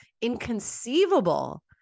inconceivable